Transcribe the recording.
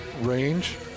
range